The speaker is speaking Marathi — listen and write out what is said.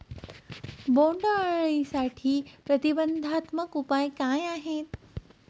बोंडअळीसाठी प्रतिबंधात्मक उपाय काय आहेत?